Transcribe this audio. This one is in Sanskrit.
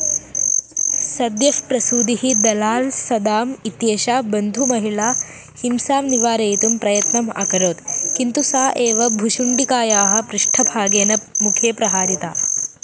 सद्यः प्रसूदिः दलाल् सदाम् इत्येषा बन्धुमहिळा हिंसां निवारयितुं प्रयत्नम् अकरोत् किन्तु सा एव भुषुण्डिकायाः पृष्ठभागेन मुखे प्रहारिता